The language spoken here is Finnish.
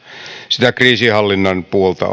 sitä kriisinhallinnan puolta on hyvä